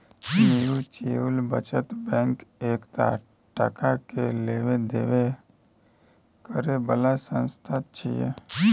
mutual बचत bank एकटा टका के लेब देब करे बला संस्था छिये